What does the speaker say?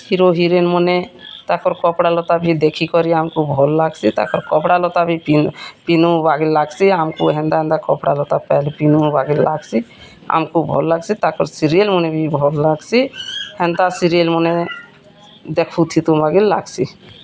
hero heroine ମନେ ତାକଁର୍ କପଡ଼ା ଲତା ବି ଦେଖି କରି ଆମକୁ ଭଲ୍ ଲାଗସି ତାକର୍ କପଡ଼ା ଲତା ବି ପିନ୍ଦୁ ବାଗିର୍ ଲାଗସି ଆମକୁ ହେନ୍ତା ହେନ୍ତା କପଡ଼ା ଲତା ପାଏଲେ ପିନ୍ଦୁ ବାଗିର୍ ଲାଗସି ଆମକୁ ଭଲ୍ ଲାଗସି ତାକଁର୍ ସିରିଏଲ୍ ମନେ ବି ଭଲ୍ ଲାଗସି ହେନ୍ତା ସିରିଏଲ୍ ମନେ ଦେଖୁଥିତୁଁ ବାଗିର୍ ଲାଗସି